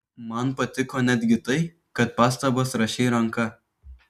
man patiko netgi tai kad pastabas rašei ranka